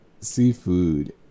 Seafood